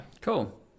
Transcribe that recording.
Cool